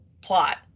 plot